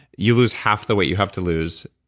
you lose half the weight you have to lose,